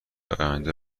آینده